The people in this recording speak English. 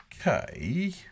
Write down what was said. okay